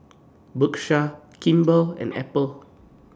Bershka Kimball and Apple